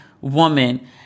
woman